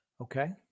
Okay